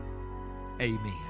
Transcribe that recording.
Amen